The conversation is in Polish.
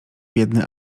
biedny